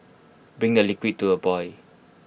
bring the liquid to A boy